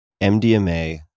MDMA